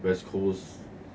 west coast